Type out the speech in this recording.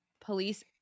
Police